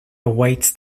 awaits